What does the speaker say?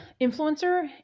influencer